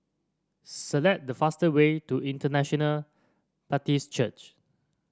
select the fastest way to International Baptist Church